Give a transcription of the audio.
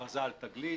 הכרזה על תגלית,